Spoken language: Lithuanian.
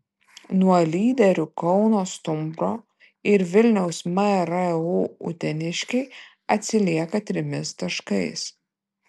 nuo lyderių kauno stumbro ir vilniaus mru uteniškiai atsilieka trimis taškais